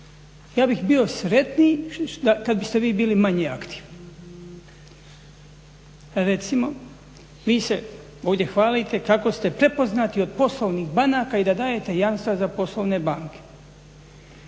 Ja bih bio sretniji kad biste vi bili manje aktivni. Recimo vi se ovdje hvalite kako ste prepoznati od poslovnih banaka i da dajete jamstva za poslovne banke,